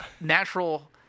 natural